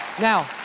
Now